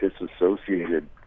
disassociated